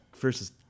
versus